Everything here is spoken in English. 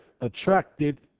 attracted